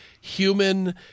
human